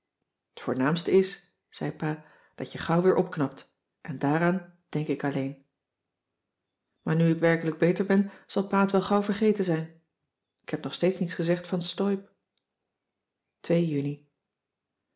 t voornaamste is ze pa dat je gauw weer opknapt en daaraan denk ik alleen maar nu ik werkelijk beter ben zal pa t wel gauw vergeten zijn en k heb nog steeds niets gezegd van teub uni